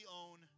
own